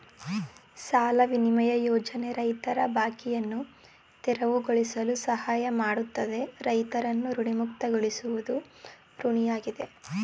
ಸಾಲ ವಿನಿಮಯ ಯೋಜನೆ ರೈತರ ಬಾಕಿಯನ್ನು ತೆರವುಗೊಳಿಸಲು ಸಹಾಯ ಮಾಡ್ತದೆ ರೈತರನ್ನು ಋಣಮುಕ್ತರಾಗ್ಸೋದು ಗುರಿಯಾಗಿದೆ